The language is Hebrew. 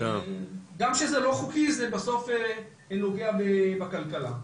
גם שזה לא חוקי זה בסוף נוגע בכלכלה.